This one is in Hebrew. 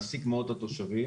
מעסיק מאוד את התושבים.